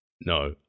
no